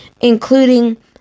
including